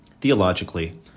Theologically